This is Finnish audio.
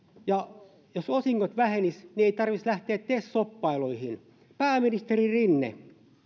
ja jos osingot vähenisivät niin ei tarvitsisi lähteä tes shoppailuihin pääministeri rinne